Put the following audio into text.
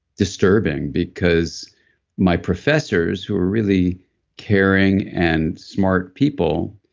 disturbing, because my professors, who were really caring and smart people,